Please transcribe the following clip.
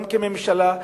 גם כממשלה,